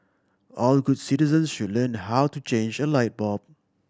all good citizens should learn how to change a light bulb